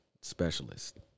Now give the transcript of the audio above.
specialist